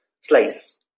Slice